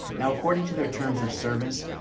now, according to their terms of service,